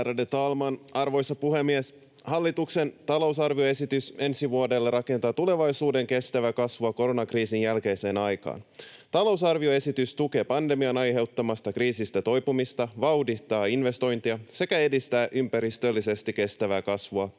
arvoisa puhemies! Hallituksen talousarvioesitys ensi vuodelle rakentaa tulevaisuuden kestävää kasvua koronakriisin jälkeiseen aikaan. Talousarvioesitys tukee pandemian aiheuttamasta kriisistä toipumista, vauhdittaa investointeja sekä edistää ympäristöllisesti kestävää kasvua,